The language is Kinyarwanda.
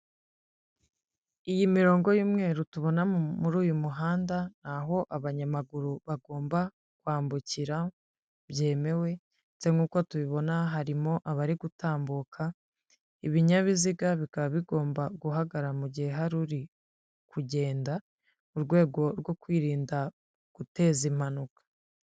Iyi mirongo y'umweru tubona muri uyu muhanda, aho abanyamaguru bagomba kwambukira byemewe ndetse nk'uko tubibona harimo abari gutambuka, ibinyabiziga bikaba bigomba guhagarara mu gihe hari uri kugenda, mu rwego rwo kwirinda guteza impanuka.